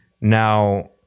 Now